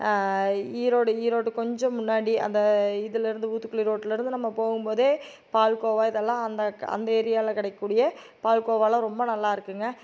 ஈரோடு ஈரோடு கொஞ்சம் முன்னாடி அந்த இதுலேருந்து ஊத்துக்குளி ரோட்டுலேருந்து நம்ம போகும்போதே பால்கோவா இதெல்லாம் அந்த அந்த ஏரியாவில் கிடைக்கக்கூடிய பால்கோவாலாம் ரொம்ப நல்லாயிருக்குங்க